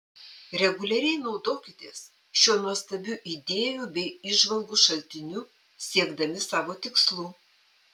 reguliariai naudokitės šiuo nuostabiu idėjų bei įžvalgų šaltiniu siekdami savo tikslų